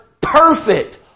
perfect